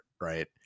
right